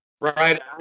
Right